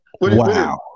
Wow